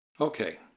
Okay